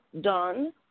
done